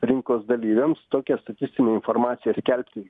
rinkos dalyviams tokią statistinę informaciją skelbti